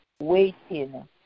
Waiting